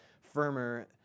firmer